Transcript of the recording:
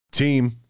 Team